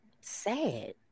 Sad